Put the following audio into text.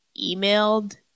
emailed